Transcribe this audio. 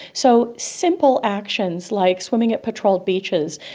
so simple actions like swimming at patrolled beaches,